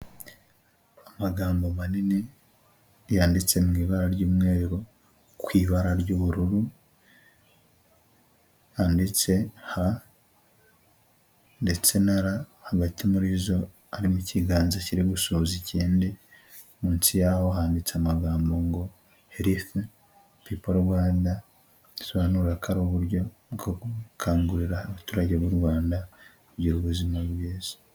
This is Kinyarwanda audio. Amagambo manini yanditse mu ibara ry'umweru, ku ibara ry'ubururu handitse ha ndetse na ra hagati muri zo harimo ikiganza kiri gushoboza ikindi, munsi yaho handitse amagambo ngo herifi piipo Rwanda, isobanura ko ari uburyo bwo gukangurira abaturage b'u Rwanda kugira ubuzima bwiza.